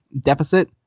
deficit